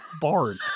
Bart